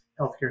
healthcare